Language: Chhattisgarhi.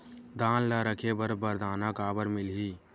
धान ल रखे बर बारदाना काबर मिलही?